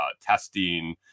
testing